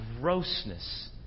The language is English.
grossness